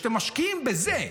שאתם משקיעים בזה,